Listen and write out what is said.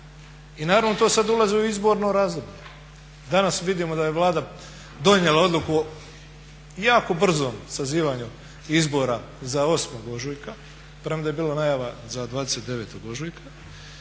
i naravno to sada ulazi u izborno razdoblje. Danas vidimo da je Vlada donijela odluku jako brzo sazivanjem izbora za 8.ožujka, premda je bila najava za 29.ožujka